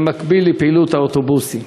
במקביל לפעילות האוטובוסים.